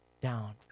down